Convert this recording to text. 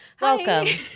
welcome